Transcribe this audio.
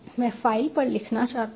मैं फाइल पर लिखना चाहता हूं